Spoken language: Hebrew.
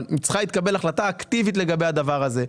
אבל צריכה להתקבל החלטה אקטיבית לגבי הדבר הזה.